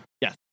Yes